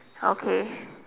okay